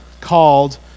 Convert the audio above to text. called